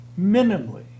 minimally